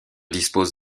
dispose